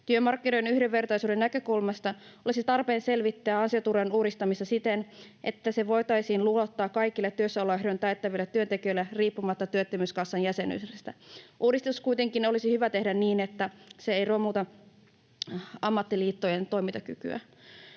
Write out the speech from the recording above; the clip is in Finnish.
Työmarkkinoiden yhdenvertaisuuden näkökulmasta olisi tarpeen selvittää ansioturvan uudistamista siten, että se voitaisiin ulottaa kaikille työssäoloehdon täyttäville työntekijöille riippumatta työttömyyskassan jäsenyydestä. Uudistus kuitenkin olisi hyvä tehdä niin, että se ei romuta ammattiliittojen toimintakykyä.